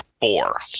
Four